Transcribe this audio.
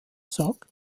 sack